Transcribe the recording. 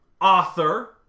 author